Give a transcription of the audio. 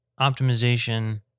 optimization